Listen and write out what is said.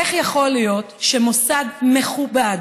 איך יכול להיות שמוסד מכובד,